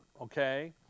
okay